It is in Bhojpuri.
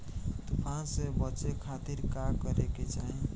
तूफान से बचे खातिर का करे के चाहीं?